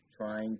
trying